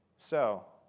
so